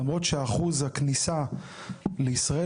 למרות שאחוז הכניסה לישראל,